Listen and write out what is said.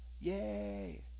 Yay